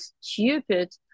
stupid